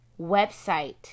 website